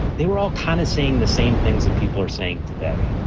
they were all kind of seeing the same things that people are saying today.